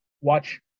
watch